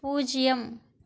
பூஜ்ஜியம்